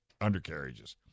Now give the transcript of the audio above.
undercarriages